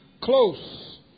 close